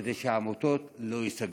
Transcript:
כדי שהעמותות לא ייסגרו?